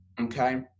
Okay